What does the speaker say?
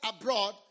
abroad